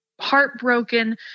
heartbroken